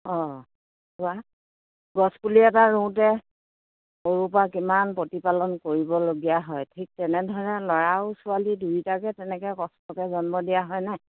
অঁ হোৱা গছপুলি এটা ৰুওঁতে সৰুৰ পৰা কিমান প্ৰতিপালন কৰিবলগীয়া হয় ঠিক তেনেধৰণে ল'ৰা আৰু ছোৱালী দুইটাকে তেনেকৈ কষ্টকৈ জন্ম দিয়া হয় নাই